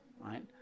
right